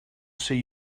see